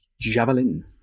javelin